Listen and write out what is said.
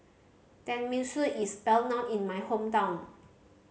tenmusu is well known in my hometown